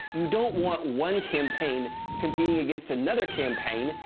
you don't want one campaign competing against another campaign,